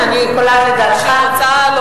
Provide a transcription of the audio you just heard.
הנה, אני קולעת לדעתך, זה מה שהיא רוצה לומר.